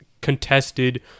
contested